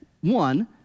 one